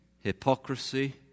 hypocrisy